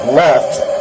left